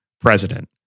president